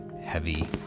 heavy